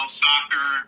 soccer